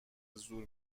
زور